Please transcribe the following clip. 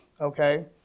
okay